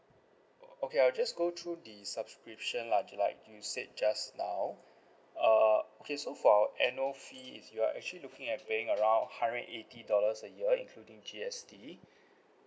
okay I'll just go through the subscription lah like you said just now err okay so for our annual fee if you are actually looking at paying around hundred and eighty dollars a year including G_S_T